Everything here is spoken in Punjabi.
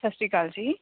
ਸਤਿ ਸ਼੍ਰੀ ਅਕਾਲ ਜੀ